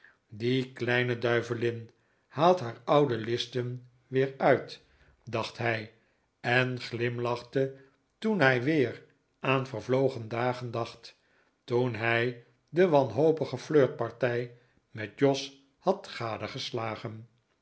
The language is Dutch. die kleine duivelin haalt haar oude listen weer uit dacht hij en glimlachte toen hij weer aan vervlogen dagen dacht toen hij de wanhopige flirtpartij met jos had